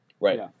Right